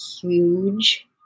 huge